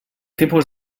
tipus